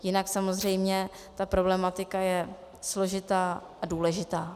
Jinak samozřejmě ta problematika je složitá a důležitá.